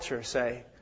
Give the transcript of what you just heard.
say